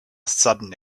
sudden